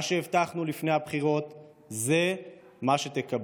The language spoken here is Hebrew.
מה שהבטחנו לפני הבחירות זה מה שתקבלו.